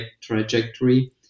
trajectory